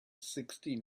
sixty